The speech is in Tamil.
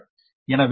எனவே நமக்கு 0